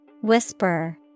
Whisper